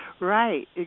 Right